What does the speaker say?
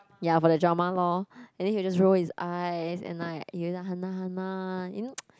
ya for the drama lor and then he'll just roll his eyes and like he'll just !Han nah! !Han nah! you know